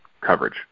coverage